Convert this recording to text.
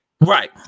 Right